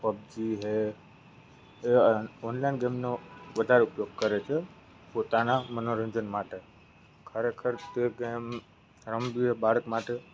PUBG છે online ગેમનો વધારે ઉપયોગ કરે છે પોતાનાં મનોરંજન માટે ખરેખર તે ગેમ રમવી એ બાળક માટે